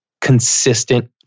consistent